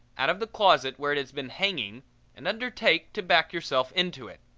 out of the closet where it has been hanging and undertake to back yourself into it.